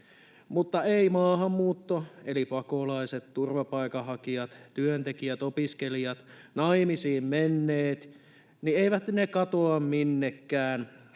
mutta ei maahanmuutto, eli pakolaiset, turvapaikanhakijat, työntekijät, opiskelijat ja naimisiin menneet, katoa minnekään,